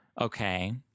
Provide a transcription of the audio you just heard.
Okay